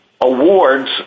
awards